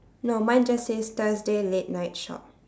no mine just says thursday late night shop